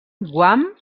guam